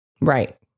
Right